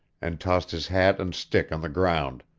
and tossed his hat and stick on the ground.